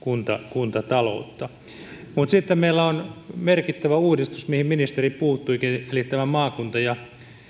kuntataloutta mutta sitten meillä on merkittävä uudistus mihin ministeri puuttuikin eli tämä maakunta ja